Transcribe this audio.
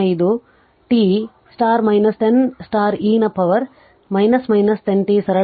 05 t 10 e ನ power 10 t